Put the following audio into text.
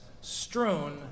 strewn